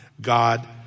God